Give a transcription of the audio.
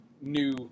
new